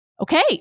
Okay